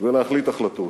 ולהחליט החלטות.